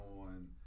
on